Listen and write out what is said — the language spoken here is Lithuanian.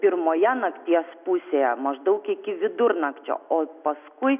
pirmoje nakties pusėje maždaug iki vidurnakčio o paskui